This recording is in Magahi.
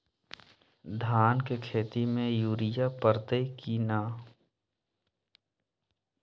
धान के खेती में यूरिया परतइ कि न?